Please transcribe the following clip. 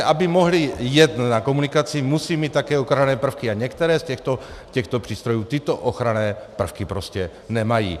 Aby mohly jet na komunikaci, musí mít také ochranné prvky, a některé z těchto přístrojů tyto ochranné prvky prostě nemají.